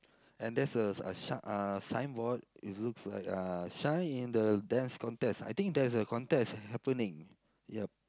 and there's a a shark uh signboard it looks like uh shine in the Dance Contest I think there's a contest happening yup